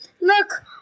Look